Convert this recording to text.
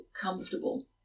comfortable